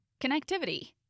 Connectivity